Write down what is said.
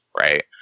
Right